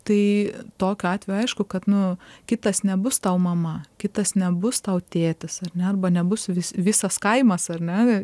tai tokiu atveju aišku kad nu kitas nebus tau mama kitas nebus tau tėtis ar ne arba nebus vis visas kaimas ane